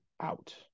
out